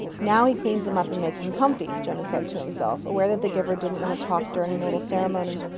now he cleans him up and makes him comfy, jonas said to himself, aware that the giver didn't want to talk during the little ceremony.